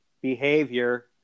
behavior